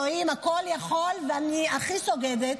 אלוהים הכול-יכול ואני הכי סוגדת,